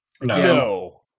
no